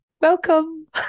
Welcome